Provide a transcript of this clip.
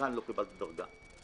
וכאן לא קיבלתי דרגה.